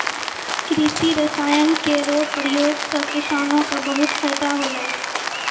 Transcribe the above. कृषि रसायन केरो प्रयोग सँ किसानो क बहुत फैदा होलै